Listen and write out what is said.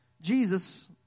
Jesus